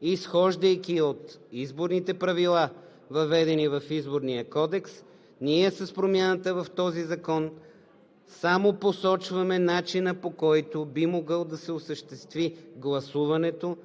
изхождайки от изборните правила, въведени в Изборния кодекс, с промяната в този закон само посочваме начина, по който би могло да се осъществи гласуването